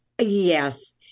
Yes